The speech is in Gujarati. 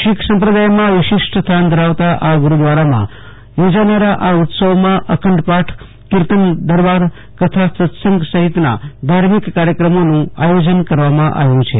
શીખ સંપ્રદાયમાં વિશિષ્ટ સ્થાન ધરાવતા આ ગુરૂદ્વારામાં યોજાનારા આ ઉત્સવમાં અખંડ પાઠ કીર્તન દરબાર કથા સતસંગ સહિતના ધાર્મિક કાર્યક્રમોનું આયોજન કરવામાં આવ્યું છે